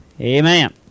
amen